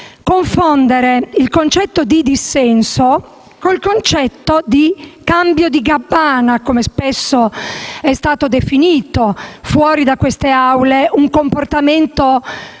confondere il concetto di dissenso con il concetto di cambio di gabbana, come spesso è stato definito un comportamento